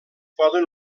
poden